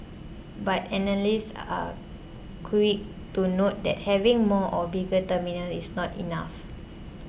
but analysts are quick to note that having more or bigger terminals is not enough